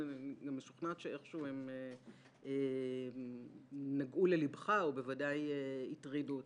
ואני גם משוכנעת שאיכשהו הם נגעו לליבך או בוודאי הטרידו אותך.